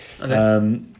Okay